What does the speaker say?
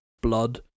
blood